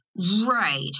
right